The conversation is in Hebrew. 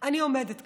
אני עומדת כאן,